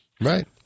Right